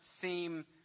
seem